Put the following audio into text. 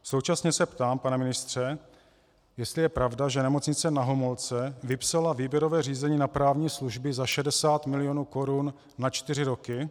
Současně se ptám, pane ministře, jestli je pravda, že Nemocnice Na Homolce vypsala výběrové řízení na právní služby za 60 milionů korun na čtyři roky.